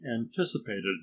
anticipated